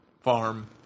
farm